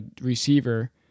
receiver